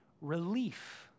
relief